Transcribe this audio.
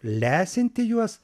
lesinti juos